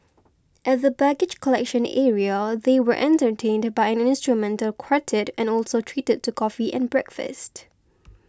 at the baggage collection area they were entertained by an instrumental quartet and also treated to coffee and breakfast